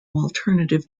alternative